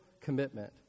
commitment